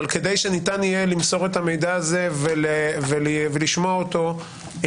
אבל כדי שניתן יהיה למסור את המידע הזה ולשמוע אותו,